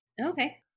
Okay